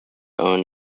own